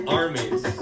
armies